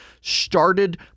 started